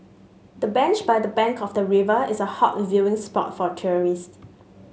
the bench by the bank of the river is a hot viewing spot for tourists